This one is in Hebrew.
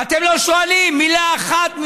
אתם לא שואלים מילה אחת.